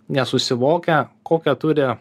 nesusivokia kokią turi